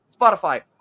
Spotify